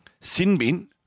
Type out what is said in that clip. Sinbin